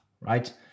Right